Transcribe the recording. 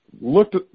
Looked